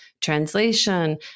translation